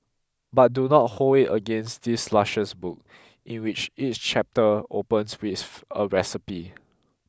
but do not hold it against this luscious book in which each chapter opens with a recipe